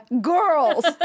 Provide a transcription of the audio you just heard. Girls